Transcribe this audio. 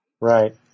Right